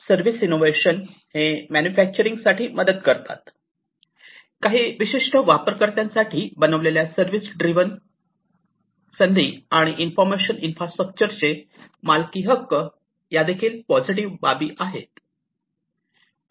service innovations हे मॅन्युफॅक्चरिंगमध्ये मदत करतात काही विशिष्ट वापरकर्त्यांसाठी बनविलेल्या सर्विस ड्रिव्हन संधी आणि इन्फॉर्मेशन इन्फ्रास्ट्रक्चरचे मालकी हक्क या पॉझिटिव बाबी आहेत